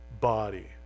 body